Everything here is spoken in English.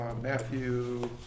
Matthew